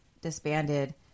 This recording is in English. disbanded